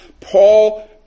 Paul